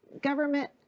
government